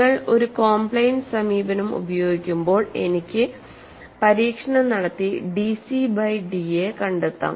നിങ്ങൾ ഒരു കോംപ്ലയൻസ് സമീപനം ഉപയോഗിക്കുമ്പോൾഎനിക്ക് പരീക്ഷണം നടത്തി dC ബൈ da കണ്ടെത്താം